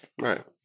Right